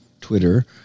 Twitter